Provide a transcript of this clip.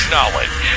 Knowledge